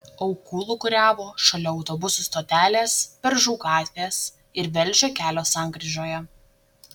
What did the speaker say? aukų lūkuriavo šalia autobusų stotelės beržų gatvės ir velžio kelio sankryžoje